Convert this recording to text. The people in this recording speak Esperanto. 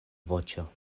voĉo